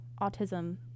autism